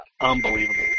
unbelievable